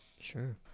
Sure